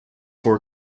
four